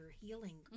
healing